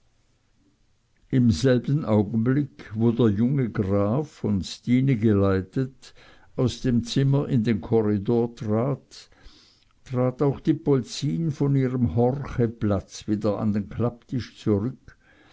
im selben augenblick wo der junge graf von stine geleitet aus dem zimmer in den korridor trat trat auch die polzin von ihrem horcheplatz wieder an den klapptisch zurück